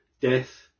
death